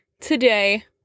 today